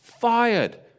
fired